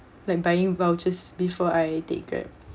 like buying vouchers before I take Grab